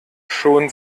schon